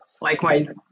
Likewise